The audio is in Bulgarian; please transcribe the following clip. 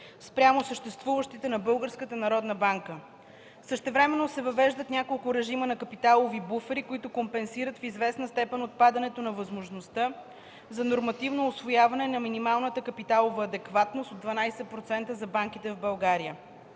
народна банка. Същевременно се въвеждат няколко режима на капиталови буфери, които компенсират в известна степен отпадането на възможността за нормативно установяване на минимална капиталова адекватност от 12% за банките в България.